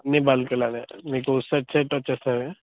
అన్నీ బల్క్లో మీకు సెట్ సెట్ వస్తుంది